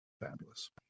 fabulous